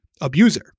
abuser